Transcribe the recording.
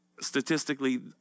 statistically